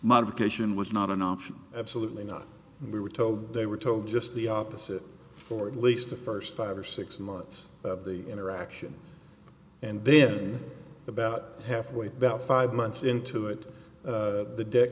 modification was not an option absolutely not we were told they were told just the opposite for at least the first five or six months of the interaction and then about halfway that five months into it the debt